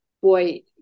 boy